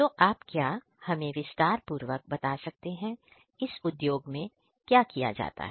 तो आप क्या हमें विस्तार से बता सकते हैं कि इस उद्योग में क्या किया जाता है